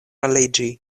aliĝi